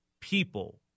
people